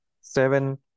seven